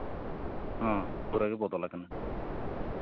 ᱦᱮᱸ ᱯᱩᱨᱟᱹᱜᱮ ᱵᱚᱫᱚᱞ ᱠᱟᱱᱟ